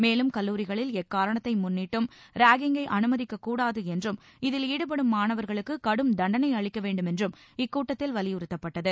மேலும் கல்லூரிகளில் எக்காரணத்தை முன்னிட்டும் ராகிங்கை அனுமதிக்கக் கூடாது என்றும் இதில் ஈடுபடும் மாணவர்களுக்கு கடும் தண்டனை அளிக்க வேண்டுமென்றும் இக்கூட்டத்தில் வலியுறுத்தப்பட்டது